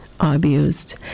abused